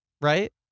right